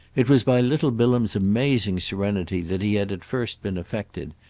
it was by little bilham's amazing serenity that he had at first been affected,